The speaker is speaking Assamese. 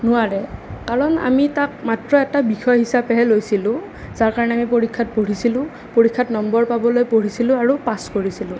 নোৱাৰে কাৰণ আমি তাক মাত্ৰ এটা বিষয় হিচাপেহে লৈছিলোঁ যাৰ কাৰণে আমি পৰীক্ষাত পঢ়িছিলোঁ পৰীক্ষাত নম্বৰ পাবলৈ পঢ়িছিলোঁ আৰু পাছ কৰিছিলোঁ